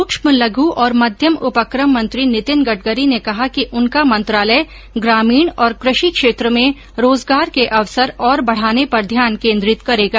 सूक्ष्म लघ् और मध्यम उपकम मंत्री नितिन गड़करी ने कहा कि उनका मंत्रालय ग्रामीण और कृषि क्षेत्र में रोजगार के अवसर और बढ़ाने पर ध्यान केन्द्रित करेगा